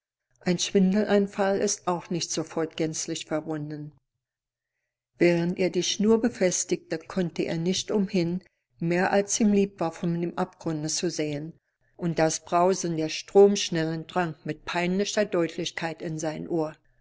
ein schwindelanfall ist auch nicht sofort gänzlich verwunden während er die schnur befestigte konnte er nicht umhin mehr als ihm lieb war von dem abgrunde zu sehen und das brausen der stromschnellen drang mit peinlicher deutlichkeit in sein ohr